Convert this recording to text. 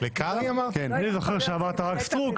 אני זוכר שאמרת רק סטרוק.